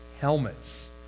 helmets